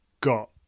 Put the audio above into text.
got